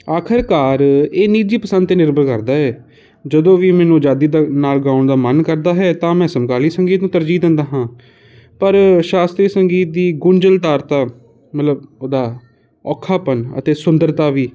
ਆਖਿਰਕਾਰ ਇਹ ਨਿੱਜੀ ਪਸੰਦ 'ਤੇ ਨਿਰਭਰ ਕਰਦਾ ਹੈ ਜਦੋਂ ਵੀ ਮੈਨੂੰ ਆਜ਼ਾਦੀ ਦਾ ਨਾਲ ਗਾਉਣ ਦਾ ਮਨ ਕਰਦਾ ਹੈ ਤਾਂ ਮੈਂ ਸਮਕਾਲੀ ਸੰਗੀਤ ਨੂੰ ਤਰਜੀਹ ਦਿੰਦਾ ਹਾਂ ਪਰ ਸ਼ਾਸਤਰੀ ਸੰਗੀਤ ਦੀ ਗੁੰਝਲਦਾਰਤਾ ਮਤਲਬ ਉਹਦਾ ਔਖਾਪਨ ਅਤੇ ਸੁੰਦਰਤਾ ਵੀ